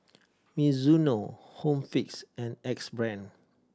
Mizuno Home Fix and Axe Brand